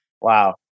Wow